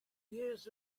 years